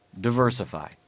Diversify